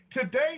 today